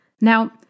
Now